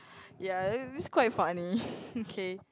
ya it it's quite funny okay